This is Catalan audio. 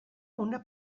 una